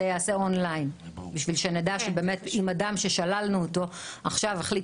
זה ייעשה online כדי שנדע שבאמת אם אדם ששללנו אותו עכשיו החליט